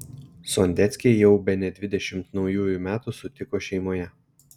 sondeckiai jau bene dvidešimt naujųjų metų sutiko šeimoje